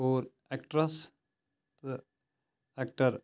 اور اٮ۪کٹرٛس تہٕ اٮ۪کٹَر